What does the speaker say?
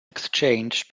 exchanged